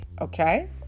Okay